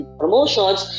promotions